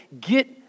get